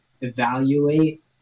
evaluate